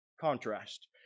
contrast